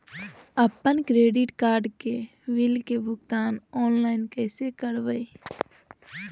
अपन credit card के bill के भुगतान ऑनलाइन कैसे करबैय?